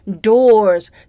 doors